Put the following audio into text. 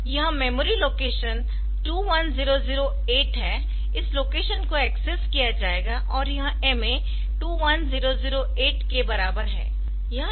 यह memory location 21008 है इस लोकेशन को एक्सेस किया जाएगा और यह MA 21008 के बराबर है